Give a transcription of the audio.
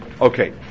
Okay